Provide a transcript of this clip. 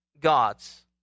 God's